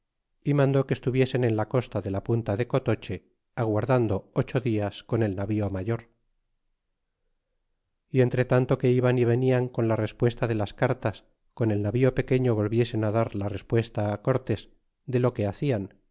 y mandó que estuviesen en la costa de la punta de colocho aguardando ocho dias con el navío mayor y entretanto que iban y venían con la respuesta de las cartas con el navío pequeño volviesen dar la respuesta cortés de lo que hacían